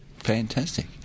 Fantastic